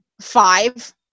Five